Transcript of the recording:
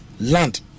land